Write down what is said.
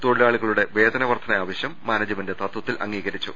തൊഴിലാളികളുടെ വേതന വർദ്ധന ആവശ്യം മാനേജ്മെന്റ് ത്ത്വത്തിൽ അംഗീകരിച്ചു